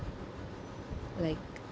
like